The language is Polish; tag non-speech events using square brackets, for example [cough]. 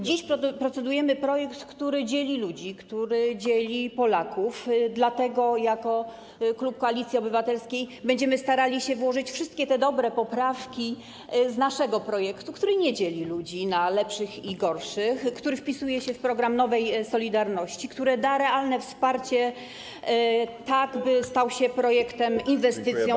Dziś procedujemy projekt, który dzieli ludzi, który dzieli Polaków, dlatego jako klub Koalicji Obywatelskiej będziemy starali się włożyć wszystkie te dobre poprawki z naszego projektu, który nie dzieli ludzi na lepszych i gorszych, który wpisuje się w program nowej solidarności, który da realne wsparcie, [noise] tak by stał się projektem, inwestycją, która.